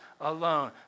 alone